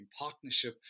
partnership